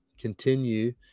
continue